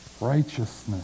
righteousness